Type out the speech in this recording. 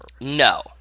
no